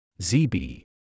ZB